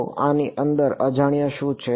તો આની અંદર અજાણ્યા શું છે